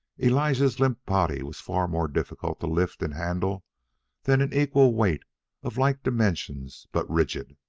elijah's limp body was far more difficult to lift and handle than an equal weight of like dimensions but rigid.